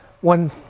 One